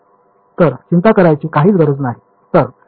तर चिंता करायची काहीच गरज नाही